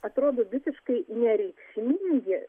atrodo visiškai nereikšmingi